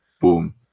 Boom